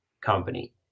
company